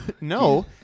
No